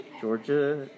Georgia